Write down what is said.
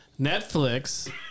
Netflix